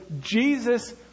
Jesus